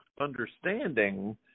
understanding